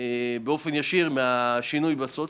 מהשינוי בסוציו.